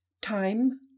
Time